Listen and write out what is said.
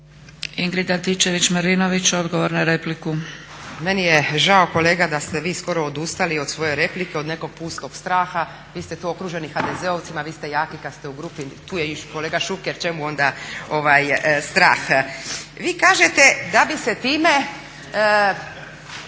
**Antičević Marinović, Ingrid (SDP)** Meni je žao kolega da ste vi skoro odustali od svoje replike od nekog pustog straha, vi ste tu okruženi HDZ-ovcima, vi ste jaki kad ste u grupi, tu je i kolega Šuker čemu onda strah. Vi kažete da bi se time,